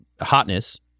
hotness